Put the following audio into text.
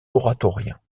oratoriens